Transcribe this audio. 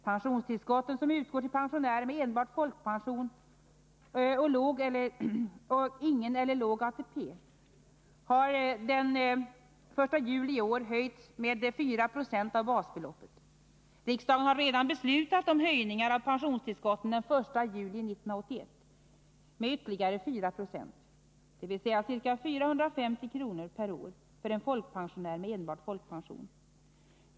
Pensionstillskotten som utgår till pensionärer med enbart folkpension och/eller låg ATP har den 1 juli i år höjts med 4 70 av basbeloppet. Riksdagen har redan beslutat om höjningar av pensionstillskotten den 1 juli 1981 med ytterligare 4 26, dvs. ca 650 kr. per år för en folkpensionär med enbart folkpension.